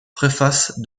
préface